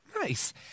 Nice